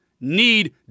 need